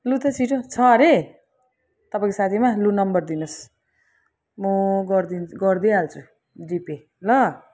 लु त छिटो छ अरे तपाईँको साथीमा लु नम्बर दिनुहोस् म गरिदिन् गरिदिहाल्छु जिपे ल